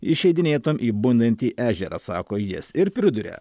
išeidinėtum į bundantį ežerą sako jis ir priduria